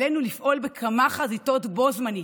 עלינו לפעול בכמה חזיתות בו זמנית,